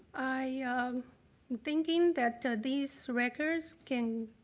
i am thinking that these records can